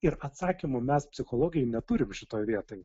ir atsakymų mes psichologai neturim šitoj vietoj